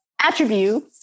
attribute